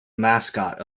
mascot